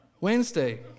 Wednesday